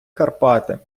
карпати